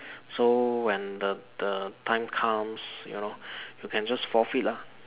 so when the the time comes you know you can just forfeit lah